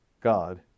God